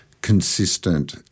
consistent